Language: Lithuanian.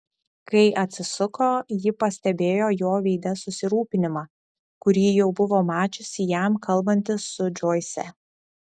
kai atsisuko ji pastebėjo jo veide susirūpinimą kurį jau buvo mačiusi jam kalbantis su džoise